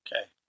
Okay